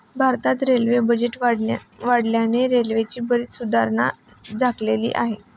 भारतात railway budget वाढल्याने रेल्वेत बरीच सुधारणा झालेली आहे